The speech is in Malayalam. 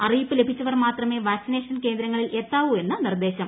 അറിയിപ്പ് ലഭിച്ചവർ മാത്രമേ വാക്സിനേഷൻ കേന്ദ്രങ്ങളിൽ എത്താവൂ എന്ന് നിർദ്ദേശം